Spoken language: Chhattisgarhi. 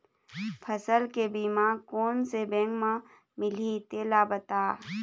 फसल के बीमा कोन से बैंक म मिलही तेला बता?